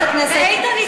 אתה היית,